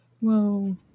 Whoa